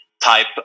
type